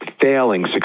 Failing